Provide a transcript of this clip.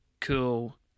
cool